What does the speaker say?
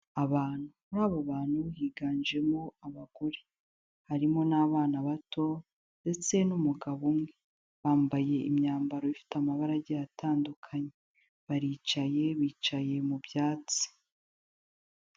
Abantu. Muri abo bantu higanjemo abagore. Harimo n'abana bato ndetse n'umugabo umwe. Bambaye imyambaro ifite amabara agiye atandukanye. Baricaye, bicaye mu byatsi.